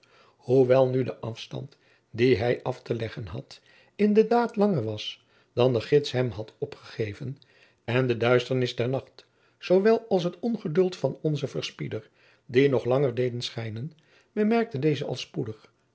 hoewel nu de afstand dien hij af te leggen had in de daad langer was dan de gids hem had opgegeven en de duisternis der nacht zoowel als het ongeduld van onzen verspieder dien nog langer deden schijnen bemerkte deze al spoedig